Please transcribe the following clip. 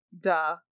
duh